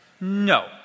No